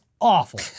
awful